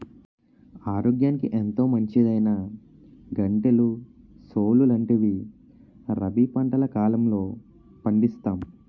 ఆరోగ్యానికి ఎంతో మంచిదైనా గంటెలు, సోలు లాంటివి రబీ పంటల కాలంలో పండిస్తాం